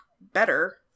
better